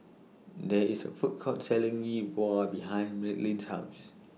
There IS A Food Court Selling Yi Bua behind Madelynn's House